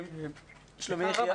שלומי יחיאב.